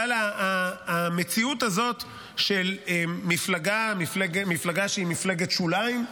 המציאות הזאת של מפלגה שהיא מפלגת שוליים,